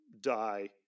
die